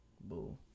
Boo